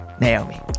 Naomi